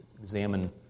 examine